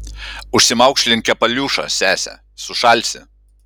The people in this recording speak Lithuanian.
užsimaukšlink kepaliūšą sese sušalsi